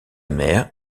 mère